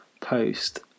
post